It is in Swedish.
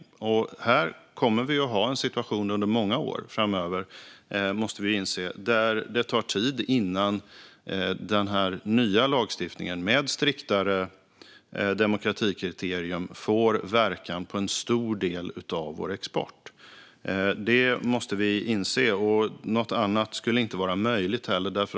Vi får inse att vi här kommer att ha en situation många år framöver där det tar tid innan den nya lagstiftningen med ett striktare demokratikriterium får verkan på en stor del av vår export. Det måste vi inse. Något annat skulle inte vara möjligt.